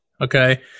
Okay